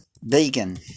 vegan